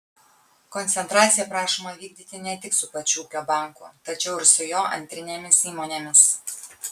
koncentracija prašoma vykdyti ne tik su pačiu ūkio banku tačiau ir su jo antrinėmis įmonėmis